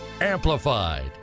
Amplified